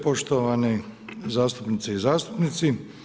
Poštovani zastupnice i zastupnici.